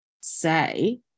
say